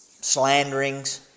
slanderings